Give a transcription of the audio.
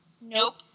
Nope